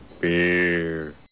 beer